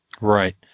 Right